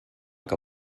que